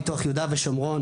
פיתוח יהודה ושומרון,